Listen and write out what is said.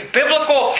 biblical